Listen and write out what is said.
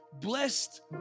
Blessed